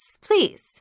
please